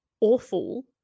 awful